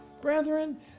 brethren